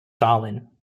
stalin